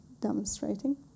demonstrating